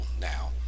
now